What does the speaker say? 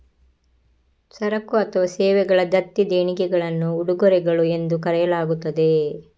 ಸರಕು ಅಥವಾ ಸೇವೆಗಳ ದತ್ತಿ ದೇಣಿಗೆಗಳನ್ನು ಉಡುಗೊರೆಗಳು ಎಂದು ಕರೆಯಲಾಗುತ್ತದೆ